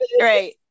right